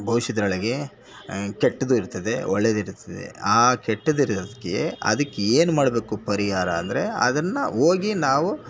ಬವಿಶದ್ರೊಳಗೆ ಕೆಟ್ಟದ್ದು ಇರ್ತದೆ ಒಳ್ಳೆದಿರ್ತದೆ ಆ ಕೆಟ್ಟದಿರೋದಕ್ಕೆ ಅದಕ್ಕೇನು ಮಾಡಬೇಕು ಪರಿಹಾರ ಅಂದರೆ ಅದನ್ನು ಹೋಗಿ ನಾವು